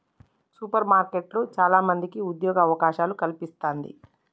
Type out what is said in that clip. super మార్కెట్లు చాల మందికి ఉద్యోగ అవకాశాలను కల్పిస్తంది